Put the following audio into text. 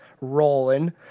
rolling